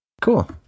Cool